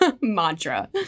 mantra